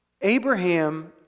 Abraham